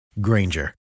Granger